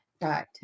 Right